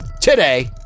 today